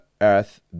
earth